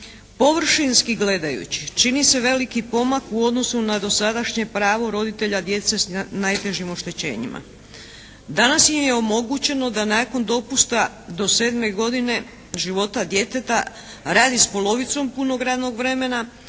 Površinski gledajući čini se veliki pomak u odnosu na dosadašnje pravo roditelja djece s najtežim oštećenjima. Danas im je omogućeno da nakon dopusta do sedme godine života djeteta radi s polovicom punog radnog vremena